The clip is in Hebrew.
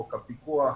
חוק הפיקוח.